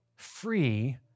free